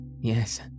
Yes